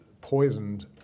poisoned